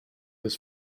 his